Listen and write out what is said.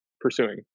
pursuing